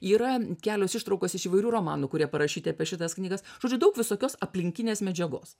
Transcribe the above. yra kelios ištraukos iš įvairių romanų kurie parašyti apie šitas knygas žodžiu daug visokios aplinkinės medžiagos